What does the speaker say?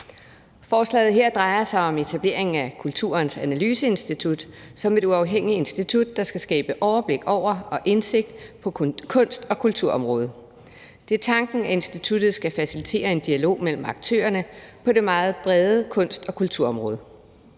Forslaget her drejer sig om etablering af Kulturens Analyseinstitut som et uafhængigt institut, der skal skabe overblik over og indsigt på kunst- og kulturområdet. Det er tanken, at instituttet skal facilitere en dialog mellem aktørerne på det meget brede kunst- og kulturområde.